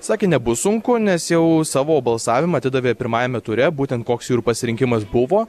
sakė nebus sunku nes jau savo balsavimą atidavė pirmajame ture būtent koks jų pasirinkimas buvo